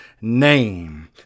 name